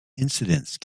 incidence